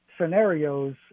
scenarios